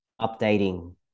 updating